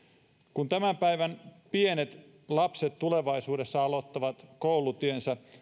kun tämän päivän pienet lapset tulevaisuudessa aloittavat koulutiensä